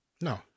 No